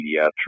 pediatric